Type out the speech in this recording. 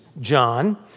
John